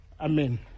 amen